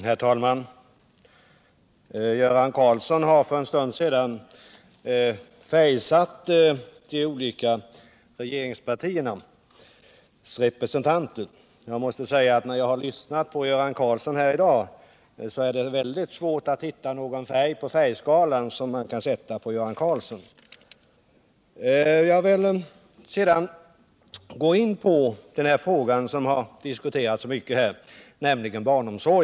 Herr talman! Göran Karlsson har för en stund sedan färgsatt de olika regeringspartiernas representanter. Efter att i dag ha lyssnat till Göran Karlsson är det väldigt svårt att på färgskalan hitta någon färg som man kan sätta på honom. Jag vill sedan gå in på det ämne som har diskuterats så mycket, nämligen barnomsorgen.